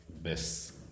best